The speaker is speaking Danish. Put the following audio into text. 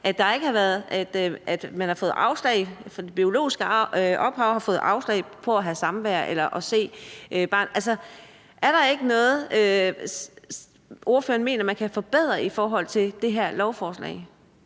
jo se i de sager, der har været, at det biologiske ophav har fået afslag på at have samvær med eller se barnet. Altså, er der ikke noget, ordføreren mener man kan forbedre i forhold til det her lovforslag?